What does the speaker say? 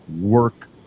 work